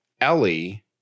Ellie